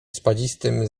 spadzistym